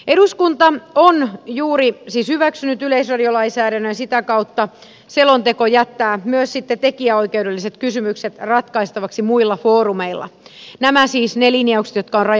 eduskunta on siis juuri hyväksynyt yleisradiolainsäädännön ja sitä kautta selonteko jättää myös sitten tekijänoikeudelliset kysymykset ratkaistavaksi muilla foorumeilla siis ne linjaukset jotka on rajattu ulos